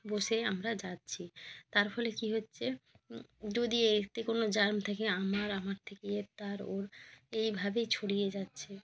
বসে আমরা যাচ্ছি তার ফলে কী হচ্ছে যদি এতে কোনো জার্ম থাকে আমার আমার থেকে এর তার ওর এইভাবে ছড়িয়ে যাচ্ছে